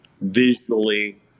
visually